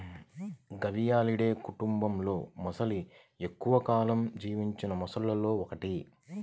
గవియాలిడే కుటుంబంలోమొసలి ఎక్కువ కాలం జీవించిన మొసళ్లలో ఒకటి